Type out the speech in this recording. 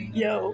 yo